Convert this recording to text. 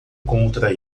contra